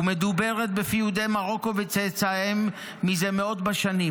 ומדוברת בפי יהודי מרוקו וצאצאיהם זה מאות בשנים.